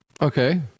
Okay